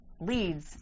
leads